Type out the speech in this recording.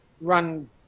run